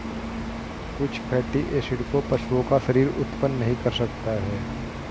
कुछ fatty acid को पशुओं का शरीर उत्पन्न नहीं कर सकता है